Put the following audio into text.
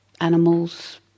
animals